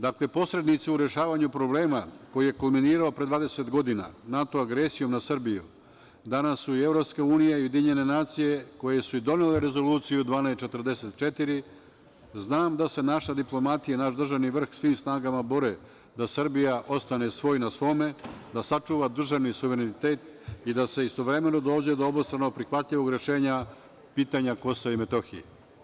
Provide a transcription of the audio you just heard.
Dakle, posrednici u rešavanju problema koji je kulminirao pre 20 godina NATO agresijom na Srbiju danas su i EU i UN, koje su i donele Rezoluciju 1244, znam da se naša diplomatija i naš državni vrh svim snagama bore da Srbija ostane svoj na svome, da sačuva državni suverenitet i da se istovremeno dođe do obostrano prihvatljivog rešenja pitanja Kosova i Metohije.